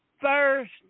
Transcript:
first